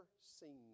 seen